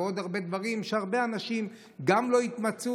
ועוד הרבה דברים שהרבה אנשים גם לא התמצאו